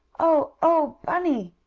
oh! oh! bunny!